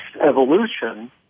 evolution